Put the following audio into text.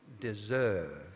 deserve